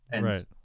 Right